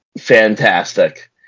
fantastic